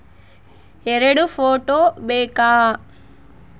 ಎರಡು ಫೋಟೋ ಬೇಕಾ?